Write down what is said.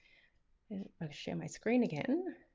and but share my screen again,